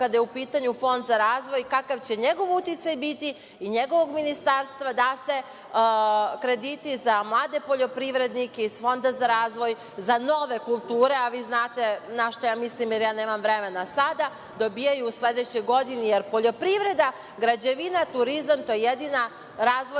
kada je u pitanju Fond za razvoj, kakav će njegov uticaj biti i njegovog ministarstva da se krediti za mlade poljoprivrednike iz Fonda za razvoj, za nove kulture, a vi znate na šta ja mislim, jer ja nemam vremena sada, dobijaju u sledećoj godini jer poljoprivreda, građevina, turizam, to je jedina razvojna